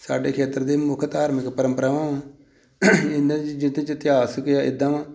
ਸਾਡੇ ਖੇਤਰ ਦੇ ਮੁੱਖ ਧਾਰਮਿਕ ਪਰੰਪਰਾਵਾਂ ਵਾ ਇਹਨਾਂ ਦੀ ਜਿੱਤ 'ਚ ਇਤਿਹਾਸ ਕਿਹਾ ਇੱਦਾਂ ਵਾਂ